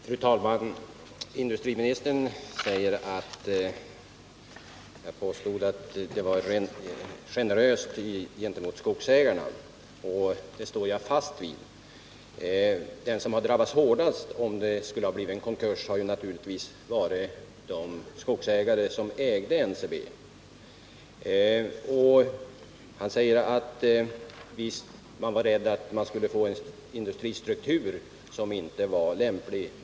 Fru talman! Industriministern säger att jag påstod att man varit generös mot skogsägarna — och det vidhåller jag. De som skulle ha drabbats mest om det blivit konkurs hade naturligtvis varit de skogsägare som ägde NCB. Industriministern säger också att man var rädd för att få en industristruktur som inte var lämplig.